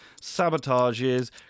sabotages